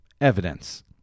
evidence